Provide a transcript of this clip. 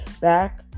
back